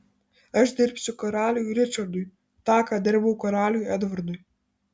aš dirbsiu karaliui ričardui tą ką dirbau karaliui edvardui